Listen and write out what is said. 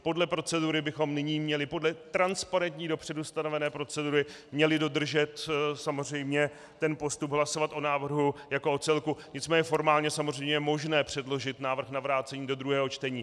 Podle procedury bychom nyní měli podle transparentní dopředu stanovené procedury dodržet samozřejmě ten postup hlasovat o návrhu jako o celku, nicméně formálně samozřejmě je možné předložit návrh na vrácení do druhého čtení.